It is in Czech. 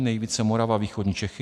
Nejvíce Morava a východní Čechy.